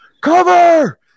cover